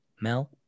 Mel